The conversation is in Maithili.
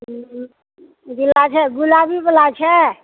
उजला छै गुलाबी वाला छै